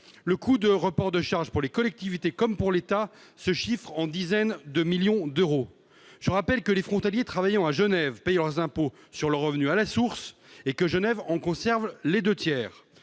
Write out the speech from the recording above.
Le coût du report de charges pour les collectivités comme pour l'État se chiffre en dizaines de millions d'euros ! Je rappelle que les frontaliers travaillant à Genève paient leurs impôts sur le revenu à la source au canton de Genève, qui en conserve les deux tiers.